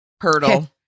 hurdle